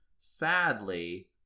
sadly